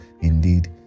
indeed